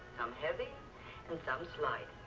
um heavy and some slight.